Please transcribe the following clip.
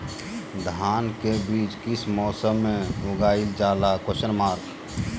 धान के बीज किस मौसम में उगाईल जाला?